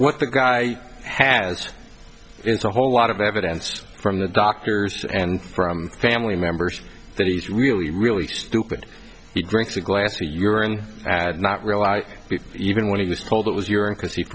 what the guy has it's a whole lot of evidence from the doctors and from family members that he's really really stupid he drinks a glass a year and had not realized even when he was told it was your own because he